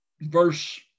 verse